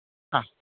ആ